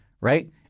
right